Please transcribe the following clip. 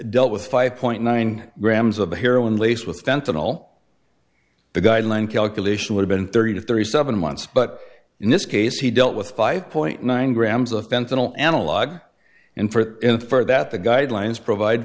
dealt with five point nine grams of heroin laced with fentanyl the guideline calculation would have been thirty to thirty seven months but in this case he dealt with five point nine grams of fentanyl analogue and for infer that the guidelines provide